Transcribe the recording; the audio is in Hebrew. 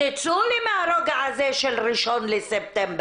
תצאו לי מהרוגע הזה של ה-1 לספטמבר,